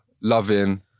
loving